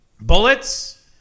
bullets